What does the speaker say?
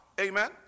amen